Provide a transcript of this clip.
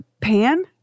PAN